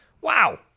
Wow